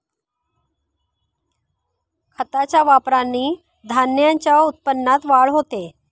खताच्या वापराने धान्याच्या उत्पन्नात वाढ होते